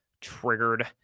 Triggered